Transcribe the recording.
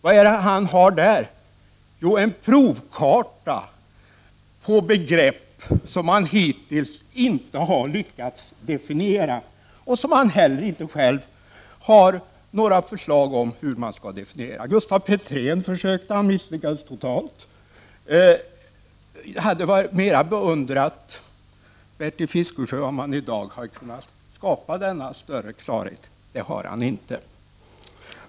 Den innehåller en provkarta på begrepp som man hitills inte lyckats definiera och som inte heller han själv har några förslag till definitioner av. Gustav Petrén försökte, och han misslyckades totalt. Jag hade mer beundrat Bertil Fiskesjö om han hade kunnat skapa klarare begrepp. Det har han inte.